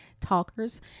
Talkers